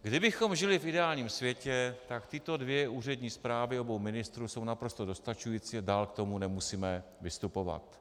Kdybychom žili v ideálním světě, tak tyto dvě úřední zprávy obou ministrů jsou naprosto dostačující a dál k tomu nemusíme vystupovat.